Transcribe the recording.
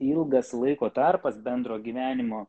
ilgas laiko tarpas bendro gyvenimo